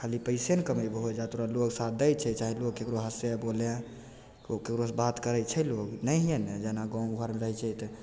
खाली पैसे ने कमेबहो ओइजाँ तोरा लोग साथ दै छै चाहे लोग ककरो हँसय बोलय कोइ ककरोसँ बात करय छै कोइ लोग नहियेने जेना गाँव घरमे रहय छै तऽ